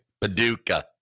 Paducah